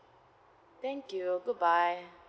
thank you good bye